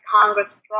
Congress